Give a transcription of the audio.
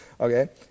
Okay